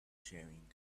sharing